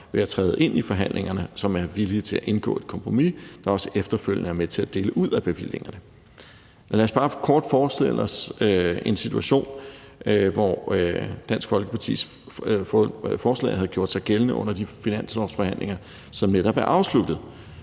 ved at træde ind i forhandlingerne, og som er villige til at indgå et kompromis, der også efterfølgende er med til at dele ud af bevillingerne. Men lad os bare kort forestille os en situation, hvor Dansk Folkepartis forslag havde gjort sig gældende under de finanslovsforhandlinger, som netop er afsluttet.